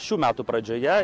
šių metų pradžioje